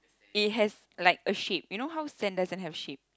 it has like a shape you know how sand doesn't have shape